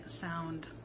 sound